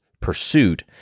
pursuit